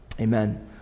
Amen